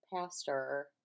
pastor